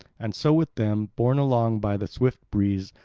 and so with them, borne along by the swift breeze,